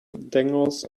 dangles